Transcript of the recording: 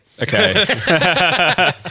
Okay